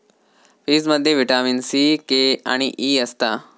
पीचमध्ये vitamin C, K आणि E असता